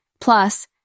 Plus